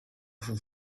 vous